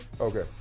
Okay